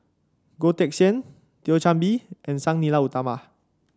Goh Teck Sian Thio Chan Bee and Sang Nila Utama